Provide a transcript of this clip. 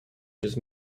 just